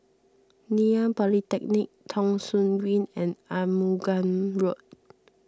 Ngee Ann Polytechnic Thong Soon Green and Arumugam Road